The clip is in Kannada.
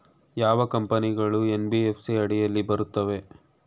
ಯಾವ ಕಂಪನಿಗಳು ಎನ್.ಬಿ.ಎಫ್.ಸಿ ಅಡಿಯಲ್ಲಿ ಬರುತ್ತವೆ?